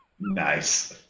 Nice